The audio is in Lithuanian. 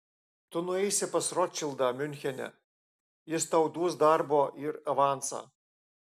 tu nueisi pas rotšildą miunchene jis tau duos darbo ir avansą